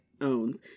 owns